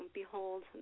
behold